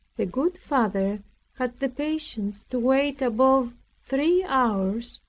the good father had the patience to wait above three hours,